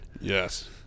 Yes